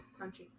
crunchy